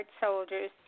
soldiers